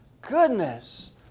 Goodness